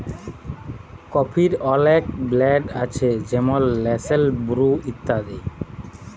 কফির অলেক ব্র্যাল্ড আছে যেমল লেসলে, বুরু ইত্যাদি